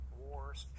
wars